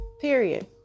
period